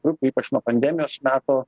grupių ypač nuo pandemijos metų